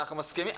אנחנו מסכימים.